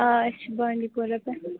آ أسۍ چھِ بانڈی پوٗرا پٮ۪ٹھ